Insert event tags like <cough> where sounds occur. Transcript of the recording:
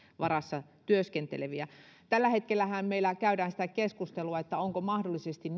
varassa työskenteleviä tällä hetkellähän meillä käydään sitä keskustelua että meillä mahdollisesti <unintelligible>